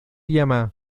llama